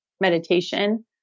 meditation